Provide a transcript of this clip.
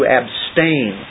abstain